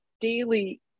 daily